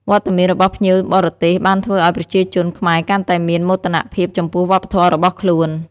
វត្តមានរបស់ភ្ញៀវបរទេសបានធ្វើឲ្យប្រជាជនខ្មែរកាន់តែមានមោទនភាពចំពោះវប្បធម៌របស់ខ្លួន។